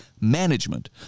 management